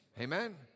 Amen